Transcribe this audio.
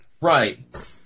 Right